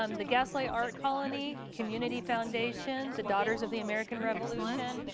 um the gaslight art colony, community foundation, the daughters of the american revolution.